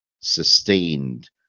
sustained